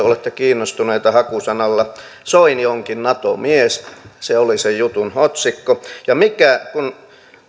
olette kiinnostuneita hakusanoilla soini onkin nato mies se oli sen jutun otsikko ja kun